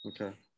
okay